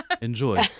Enjoy